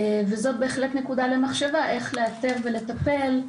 זאת בהחלט נקודה למחשבה, איך לאתר ולטפל,